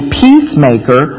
peacemaker